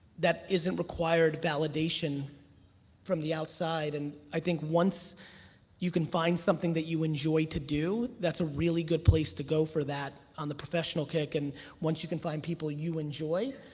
isn't required validation from the outside and i think once you can find something that you enjoy to do, that's a really good place to go for that on the professional kick and once you can find people you enjoy,